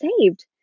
saved